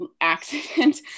accident